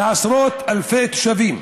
בעשרות אלפי תושבים.